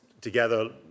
together